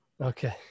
Okay